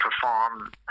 perform